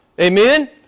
Amen